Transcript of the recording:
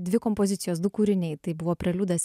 dvi kompozicijos du kūriniai tai buvo preliudas